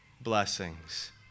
blessings